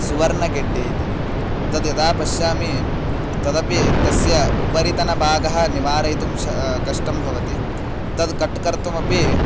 सुवर्नगेड्डे इति तद् यदा पश्यामि तदपि तस्य उपरितनभागः निवारयितुं श कष्टं भवति तद् कट् कर्तुमपि